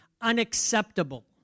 unacceptable